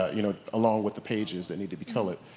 you know, along with the pages that need to be colored.